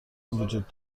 وجود